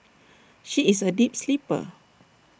she is A deep sleeper